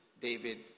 David